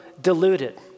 deluded